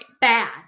bad